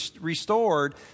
restored